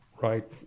right